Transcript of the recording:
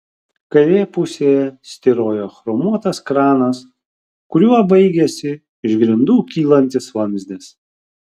kairėje pusėje styrojo chromuotas kranas kuriuo baigėsi iš grindų kylantis vamzdis